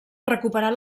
recuperar